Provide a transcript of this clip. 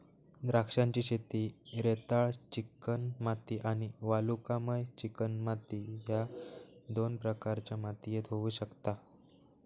द्राक्षांची शेती रेताळ चिकणमाती आणि वालुकामय चिकणमाती ह्य दोन प्रकारच्या मातीयेत होऊ शकता